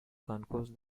concourse